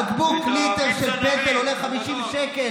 בקבוק של פטל עולה 50 שקל.